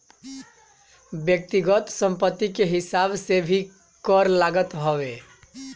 व्यक्तिगत संपत्ति के हिसाब से भी कर लागत हवे